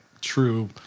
true